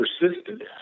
persisted